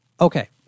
Okay